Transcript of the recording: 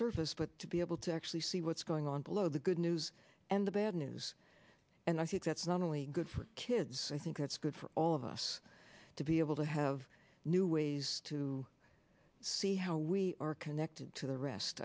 surface but to be able to actually see what's going on below the good news and the bad news and i think that's not only good for kids i think it's good for all of us to be able to have new ways to see how we are connected to the rest